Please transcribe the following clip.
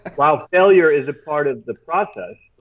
while failure is a part of the process,